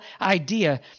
idea